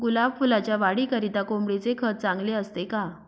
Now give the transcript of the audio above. गुलाब फुलाच्या वाढीकरिता कोंबडीचे खत चांगले असते का?